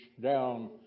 down